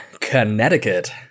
Connecticut